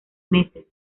meses